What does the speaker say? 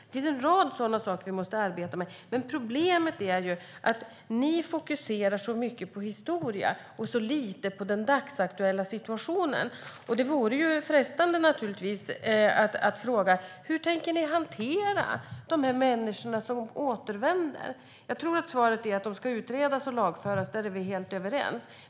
Det finns en rad sådana saker vi måste arbeta med. Problemet är dock att ni fokuserar så mycket på historia och så lite på den dagsaktuella situationen, Kent Ekeroth. Det vore naturligtvis frestande att fråga hur ni tänker hantera de människor som återvänder. Jag tror att svaret är att de ska utredas och lagföras, och där är vi helt överens.